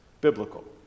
biblical